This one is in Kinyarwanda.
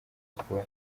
siporo